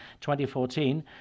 2014